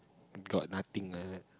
got nothing